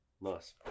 Nice